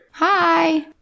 Hi